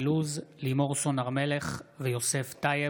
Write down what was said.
תודה.